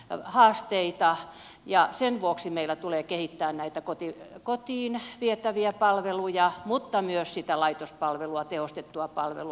on paljon haasteita ja sen vuoksi meillä tulee kehittää näitä kotiin vietäviä palveluja mutta myös sitä laitospalvelua tehostettua palvelua